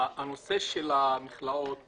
הנושא של המכלאות